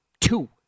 two